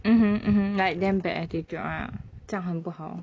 mmhmm mmhmm like damn bad attitude ah 这样很不好